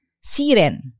Siren